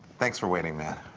thanks for waiting, man.